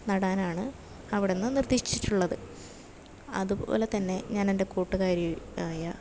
നടാനാണ് അവിടെനിന്ന് നിർദ്ദേശിച്ചിട്ടുള്ളത് അതുപോലെതന്നെ ഞാൻ എൻ്റെ കൂട്ടുകാരി ആയ